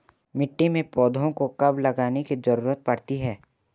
मिट्टी में पौधों को कब लगाने की ज़रूरत पड़ती है?